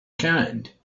kind